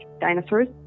dinosaurs